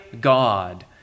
God